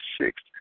six